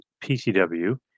PCW